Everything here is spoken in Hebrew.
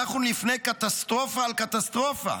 אנחנו לפני קטסטרופה על קטסטרופה.